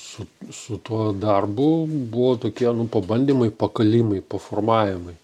su su tuo darbu buvo tokie nu pabandymai pakalimai paformavimai